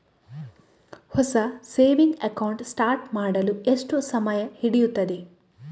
ಹೊಸ saving account start ಮಾಡಲು ಎಷ್ಟು ಸಮಯ ಹಿಡಿಯುತ್ತದೆ?